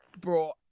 bro